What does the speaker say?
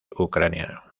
ucraniano